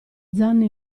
zanne